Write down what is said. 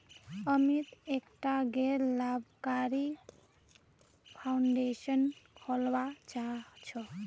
अमित एकटा गैर लाभकारी फाउंडेशन खोलवा चाह छ